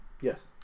Yes